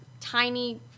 tiny